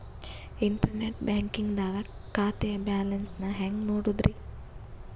Internet banking ದಾಗ ಖಾತೆಯ balance ನ ಹೆಂಗ್ ನೋಡುದ್ರಿ?